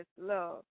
love